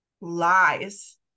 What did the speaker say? lies